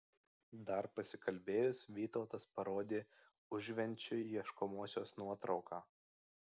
dar pasikalbėjus vytautas parodė užvenčiui ieškomosios nuotrauką